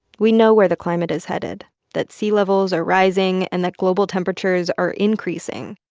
we know where the climate is headed, that sea levels are rising and that global temperatures are increasing.